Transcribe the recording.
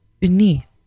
Beneath